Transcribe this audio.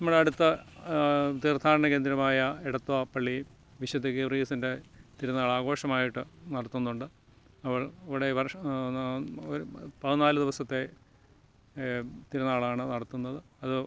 നമ്മുടെ അടുത്ത തീർത്ഥാടന കേന്ദ്രമായ എടത്വാ പള്ളിയിൽ വിശുദ്ധ ഗീവർഗീസിൻ്റെ തിരുനാൾ ആഘോഷമായിട്ട് നടത്തുന്നുണ്ട് അവിടെ ഈ വർഷം പതിനാല് ദിവസത്തെ തിരുനാളാണ് നടത്തുന്നത് അത്